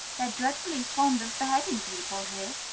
they're dreadfully fond of beheading people here,